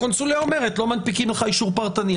והם לא מנפיקים לו אישור פרטני.